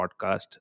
podcast